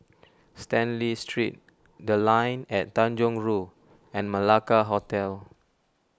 Stanley Street the Line At Tanjong Rhu and Malacca Hotel